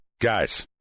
Guys